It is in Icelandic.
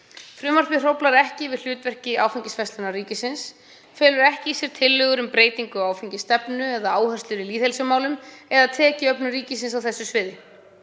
Frumvarpið hróflar ekki við hlutverki áfengisverslunar ríkisins, felur ekki í sér tillögur um breytingu á áfengisstefnu, áherslur í lýðheilsumálum eða tekjuöflun ríkisins á þessu sviði.